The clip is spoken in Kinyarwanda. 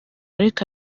ariko